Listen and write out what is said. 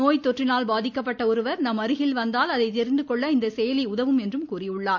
நோய் தொற்றினால் பாதிக்கப்பட்ட ஒருவர் நம் அருகில் வந்தால் அதை தெரிந்துகொள்ள இந்த செயலி உதவும் என்றார்